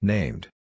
Named